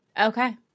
Okay